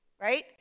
right